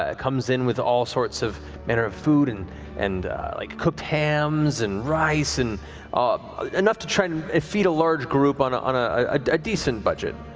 ah comes in with all sorts of manner of food and and like cooked hams and rice and um enough to try and feed a large group on on ah a decent budget.